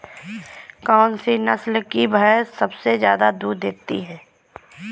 कौन सी नस्ल की भैंस सबसे ज्यादा दूध देती है?